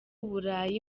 burayi